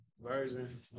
version